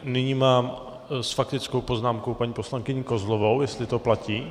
Nyní tu mám s faktickou poznámkou paní poslankyni Kozlovou, jestli to platí.